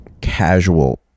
casual